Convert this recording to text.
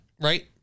right